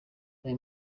aya